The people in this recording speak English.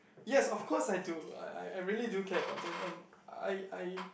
yes of course I do I I I really do care about them and I I